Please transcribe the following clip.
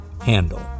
handle